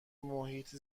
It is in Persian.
محیط